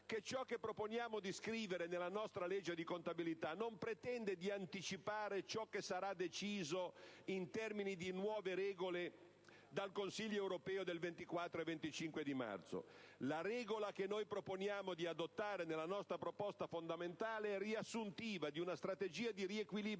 che ciò che proponiamo di scrivere nella nostra legge di contabilità non pretende di anticipare ciò che sarà deciso in termini di nuove regole dal Consiglio europeo del 24 e 25 marzo: la regola che proponiamo di adottare nella nostra proposta fondamentale è riassuntiva di una strategia di riequilibrio